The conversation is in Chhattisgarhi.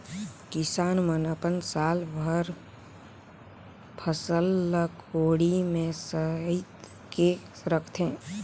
किसान मन अपन साल भर बर फसल ल कोठी में सइत के रखथे